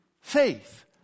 faith